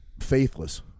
faithless